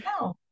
No